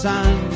Sun